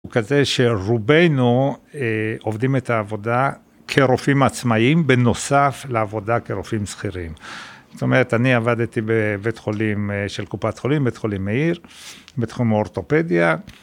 הוא כזה שרובנו עובדים את העבודה כרופאים עצמאיים בנוסף לעבודה כרופאים שכירים. זאת אומרת, אני עבדתי בבית חולים של קופת חולים, בית חולים מאיר בתחום אורתופדיה